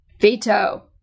veto